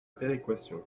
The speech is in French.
péréquation